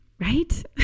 right